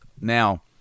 Now